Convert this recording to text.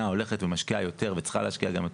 הולכת ומשקיעה יותר וצריכה להשקיע יותר